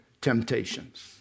temptations